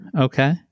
Okay